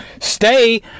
stay